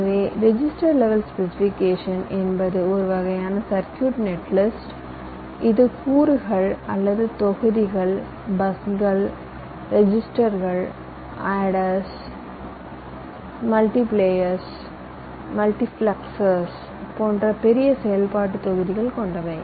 எனவே register level specification என்பது ஒரு வகையான சர்க்யூட் நெட் லிஸ்ட் இது கூறுகள் அல்லது தொகுதிகள் பஸ்கள் ரெஜிஸ்டர்ஸ் அடர்ஸ் மல்டிபிளேயர்ஸ் மல்டிபிளெக்சர்கள் போன்ற பெரிய செயல்பாட்டு தொகுதிகள் கொண்டவை